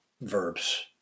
verbs